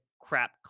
crap